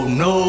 no